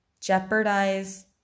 jeopardize